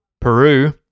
Peru